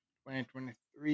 2023